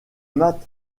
matt